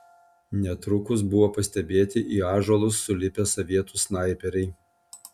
netrukus buvo pastebėti į ąžuolus sulipę sovietų snaiperiai